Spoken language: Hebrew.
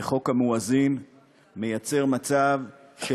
וחוק המואזין מייצר מצב של: